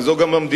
וזו גם המדיניות,